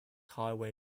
highway